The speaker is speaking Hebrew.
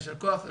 יישר כוח.